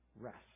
rest